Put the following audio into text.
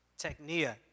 technia